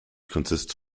consists